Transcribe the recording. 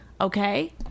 Okay